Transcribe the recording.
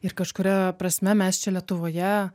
ir kažkuria prasme mes čia lietuvoje